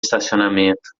estacionamento